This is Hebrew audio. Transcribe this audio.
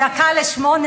בדקה ל20:00,